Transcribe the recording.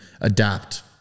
adapt